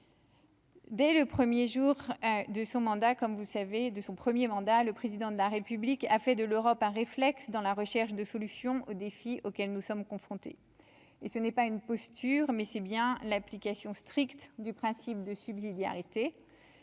Dès le 1er jour de son mandat, comme vous savez de son 1er mandat, le président de la République a fait de l'Europe un réflexe dans la recherche de solutions aux défis auxquels nous sommes confrontés et ce n'est pas une posture mais c'est bien l'application stricte du principe de subsidiarité